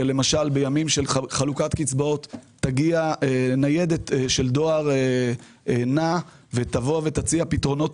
למשל שבימים של חלוקת קצבאות תגיע ניידת של דואר נע ותציע פתרונות